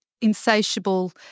insatiable